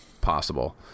possible